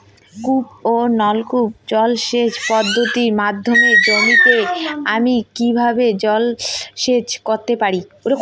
কূপ ও নলকূপ জলসেচ পদ্ধতির মাধ্যমে জমিতে আমি কীভাবে জলসেচ করতে পারি?